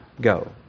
go